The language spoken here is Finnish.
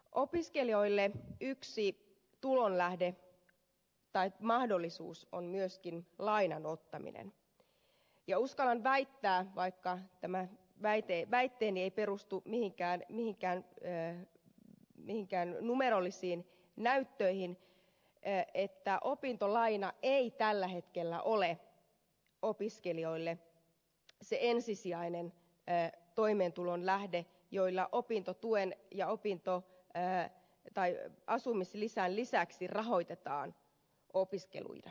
opiskelijoille yksi mahdollisuus on myöskin lainan ottaminen ja uskallan väittää vaikka tämä väitteeni ei perustu mihinkään numerollisiin näyttöihin että opintolaina ei tällä hetkellä ole opiskelijoille se ensisijainen toimeentulon lähde jolla opintotuen tai asumislisän lisäksi rahoitetaan opiskeluita